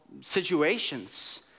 situations